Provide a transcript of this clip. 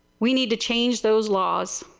we need to change those laws.